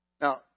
Now